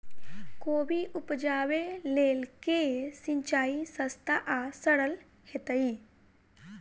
कोबी उपजाबे लेल केँ सिंचाई सस्ता आ सरल हेतइ?